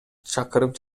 чакырып